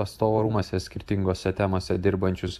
atstovų rūmuose skirtingose temose dirbančius